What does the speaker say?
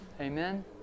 Amen